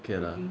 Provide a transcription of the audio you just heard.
okay lah